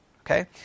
Okay